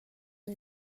you